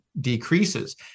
decreases